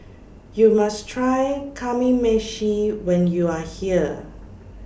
YOU must Try Kamameshi when YOU Are here